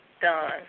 done